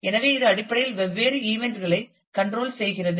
எனவே இது அடிப்படையில் வெவ்வேறு இவன்ட் களை கண்ட்ரோல் செய்கிறது